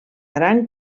gran